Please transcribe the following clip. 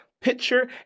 picture